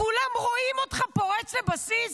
כולם רואים אותך פורץ לבסיס.